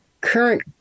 current